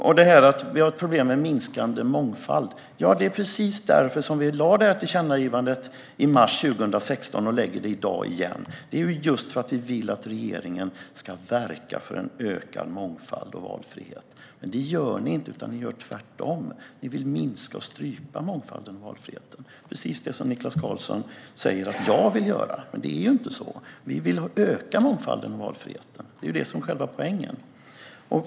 Vi gjorde det här tillkännagivandet i mars 2016 och gör det i dag igen, därför att det är ett problem med minskande mångfald, och vi vill att regeringen ska verka för en ökad mångfald och valfrihet. Men det gör ni inte, utan ni gör tvärtom. Ni vill minska och strypa mångfalden och valfriheten, precis det som Niklas Karlsson säger att jag och Moderaterna vill göra. Men det är inte så. Vi vill öka mångfalden och valfriheten. Det är det som är själva poängen.